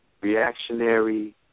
reactionary